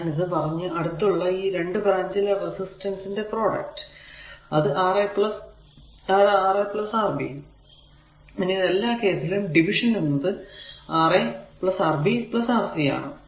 ഞാൻ ഇത് പറഞ്ഞു അടുത്തുള്ള ഈ 2 ബ്രാഞ്ചിലെ റെസിസ്റ്റൻസ് ന്റെ പ്രോഡക്റ്റ് അത് Ra Rb പിന്നെ എല്ലാ കേസിലും ഡിവിഷൻ എന്നത് Ra Rb Rc ആണ്